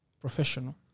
professional